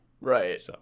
Right